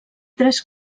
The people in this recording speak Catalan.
tres